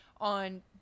on